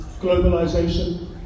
globalization